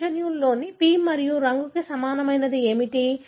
మానవ జన్యువులోని పి మరియు రంగుకు సమానమైనది ఏమిటి